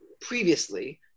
previously –